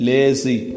LAZY